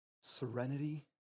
serenity